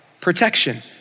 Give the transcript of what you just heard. protection